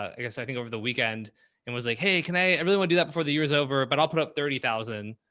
i guess i think over the weekend and was like, hey, can i really wanna do that before the year is over, but i'll put up thirty thousand.